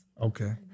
Okay